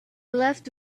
left